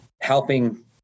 helping